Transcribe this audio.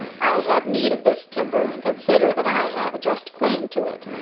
i have need of this timber, and consider that i have a just claim to it,